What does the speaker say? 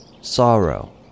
sorrow